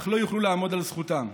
אך לא יוכלו לעמוד על זכותם.